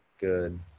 good